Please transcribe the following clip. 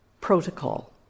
Protocol